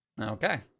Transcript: Okay